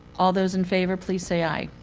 all those in favor, please say aye.